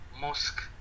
mosque